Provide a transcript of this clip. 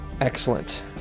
Excellent